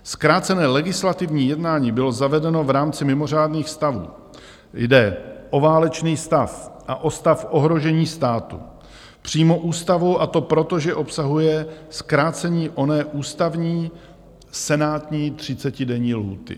Zkrácené legislativní jednání bylo zavedeno v rámci mimořádných stavů jde o válečný stav a o stav ohrožení státu přímo ústavou, a to proto, že obsahuje zkrácení oné ústavní, senátní třicetidenní lhůty.